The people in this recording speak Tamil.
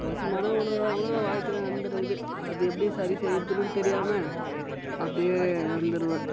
மோசமான உணவெலாம் கூட வாழ்க்கையில நடந்திருக்குது அது எப்படி சரி செய்கிறதுனு தெரியாமல் அப்படியே வந்திருவேன்